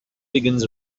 begins